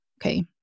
Okay